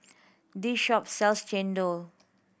this shop sells chendol